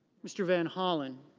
mr. van hollen.